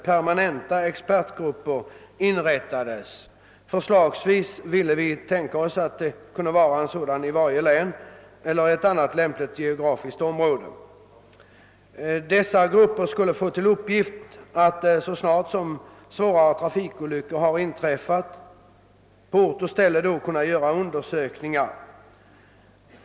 Sådana expertgrupper kan t.ex. inrättas i varje län eller inom annat lämpligt geografiskt område. Gruppernas uppgift skulle vara att så snart en svårare trafikolycka inträffat på ort och ställe göra en undersökning.